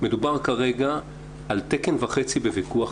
מדובר כרגע על תקן וחצי בוויכוח,